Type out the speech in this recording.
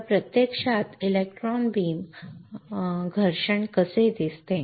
तर प्रत्यक्षात प्रत्यक्षात इलेक्ट्रॉन बीम घर्षण कसे दिसते